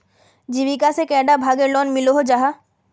जीविका से कैडा भागेर लोन मिलोहो जाहा?